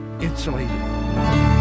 insulated